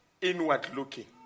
Inward-looking